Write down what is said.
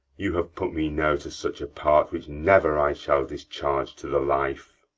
you have put me now to such a part which never i shall discharge to the life.